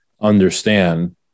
understand